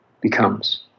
becomes